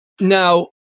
Now